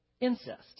incest